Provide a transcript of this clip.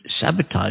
sabotage